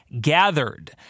gathered